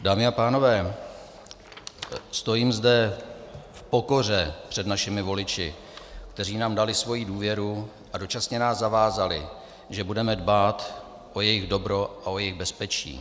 Dámy a pánové, stojím zde v pokoře před našimi voliči, kteří nám dali svoji důvěru a dočasně nás zavázali, že budeme dbát o jejich dobro a o jejich bezpečí.